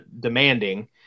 demanding